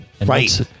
Right